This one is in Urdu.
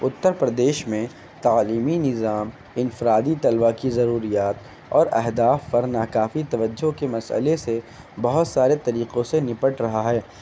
اتر پردیش میں تعلیمی نظام انفرادی طلبہ کی ضروریات اور اہداف پر ناکافی توجہ کے مسئلے سے بہت سارے طریقوں سے نپٹ رہا ہے